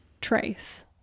trace